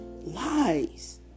Lies